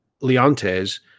Leontes